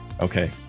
Okay